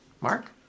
Mark